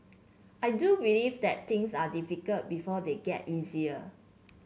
I do believe that things are difficult before they get easier